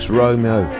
romeo